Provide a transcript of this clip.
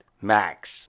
max